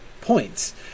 points